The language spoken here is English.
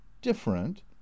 different